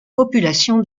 populations